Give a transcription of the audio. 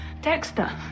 Dexter